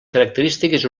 característiques